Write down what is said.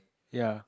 ya